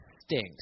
stinks